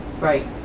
Right